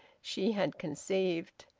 she had conceived.